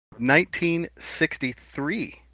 1963